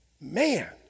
Man